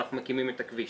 אנחנו מקימים את הכביש.